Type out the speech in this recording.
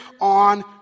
on